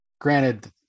granted